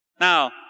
Now